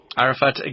Arafat